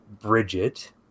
Bridget